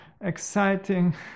exciting